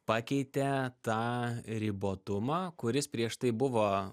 pakeitė tą ribotumą kuris prieš tai buvo